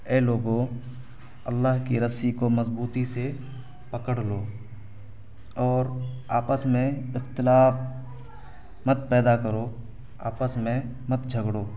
اے لوگو اللہ کی رسی کو مضبوطی سے پکڑ لو اور آپس میں اختلاف مت پیدا کرو آپس میں مت جھگڑو